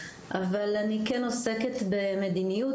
אבל אני כן עוסקת במדיניות,